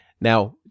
Now